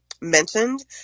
mentioned